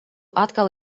atkal